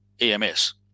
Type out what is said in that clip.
EMS